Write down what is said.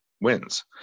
wins